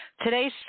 Today's